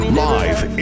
live